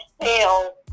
fail